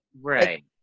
Right